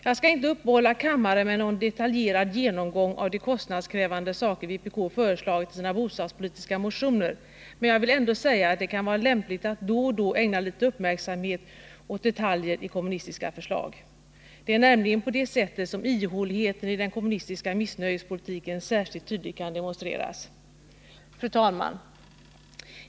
Jag skall inte uppehålla kammaren med någon detaljerad genomgång av de kostnadskrävande saker vpk föreslagit i sina bostadspolitiska motioner, men jag vill ändå säga att det kan vara lämpligt att då och då ägna litet uppmärksamhet åt detaljer i kommunistiska förslag. Det är nämligen på det sättet som ihåligheten i den kommunistiska missnöjespolitiken särskilt tydligt kan demonstreras. Fru talman!